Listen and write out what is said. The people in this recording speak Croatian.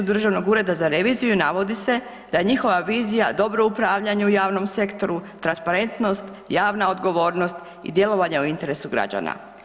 Državnog ureda za reviziju navodi se da je njihova vizija dobro upravljanje u javnom sektoru, transparentnost, javna odgovornost i djelovanje u interesu građana.